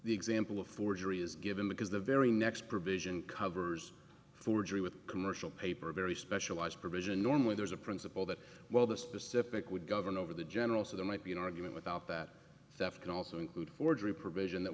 the example of forgery is given because the very next provision covers forgery with commercial paper a very specialized provision normally there's a principle that well the specific would govern over the general so there might be an argument about that theft can also include forgery provision that